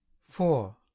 four